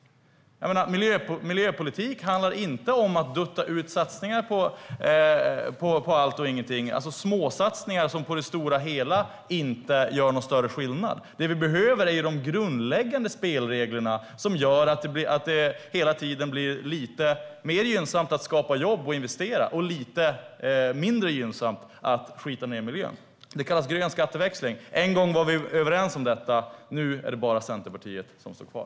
Miljöpolitik handlar inte om att dutta ut satsningar på allt och ingenting, alltså småsatsningar som i det stora hela inte gör någon större skillnad. Det vi behöver är de grundläggande spelreglerna som gör att det hela tiden blir lite mer gynnsamt att skapa jobb och investera och lite mindre gynnsamt att skita ned miljön. Det kallas grön skatteväxling. En gång var vi överens om detta. Nu är det bara Centerpartiet som står kvar.